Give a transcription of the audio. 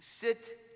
sit